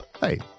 Hey